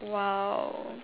!wow!